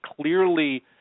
clearly